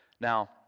Now